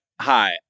hi